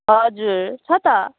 हजुर छ त